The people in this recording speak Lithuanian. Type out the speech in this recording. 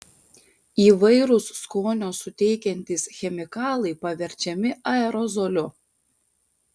įvairūs skonio suteikiantys chemikalai paverčiami aerozoliu